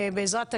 בעזרת השם,